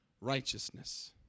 righteousness